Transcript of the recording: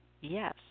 Yes